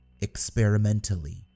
experimentally